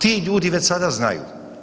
Ti ljudi već sada znaju.